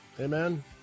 Amen